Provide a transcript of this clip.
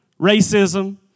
racism